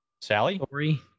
Sally